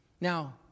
Now